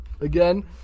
again